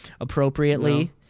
appropriately